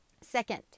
Second